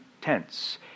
tense